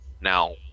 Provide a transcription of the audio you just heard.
now